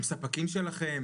הם ספקים שלכם?